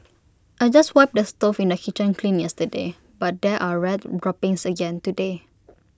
I just wiped the stove in the kitchen clean yesterday but there are rat droppings again today